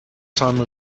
time